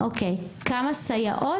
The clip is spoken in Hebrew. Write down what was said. (אומרת דברים בשפת הסימנים,